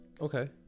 Okay